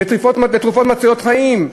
לתרופות מצילות חיים,